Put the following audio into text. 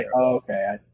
Okay